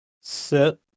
sit